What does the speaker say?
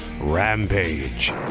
Rampage